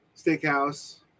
steakhouse